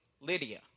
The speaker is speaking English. Lydia